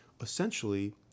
Essentially